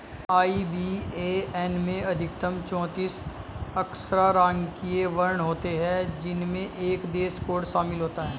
IBAN में अधिकतम चौतीस अक्षरांकीय वर्ण होते हैं जिनमें एक देश कोड शामिल होता है